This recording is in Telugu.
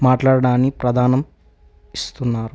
మాట్లాడడాన్ని ప్రధాన్యం ఇస్తున్నారు